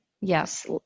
yes